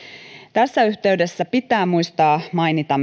tässä yhteydessä pitää muistaa mainita